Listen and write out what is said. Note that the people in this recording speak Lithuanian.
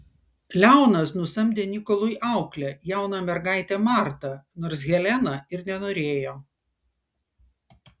leonas nusamdė nikolui auklę jauną mergaitę martą nors helena ir nenorėjo